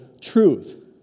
truth